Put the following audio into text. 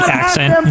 accent